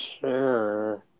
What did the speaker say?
Sure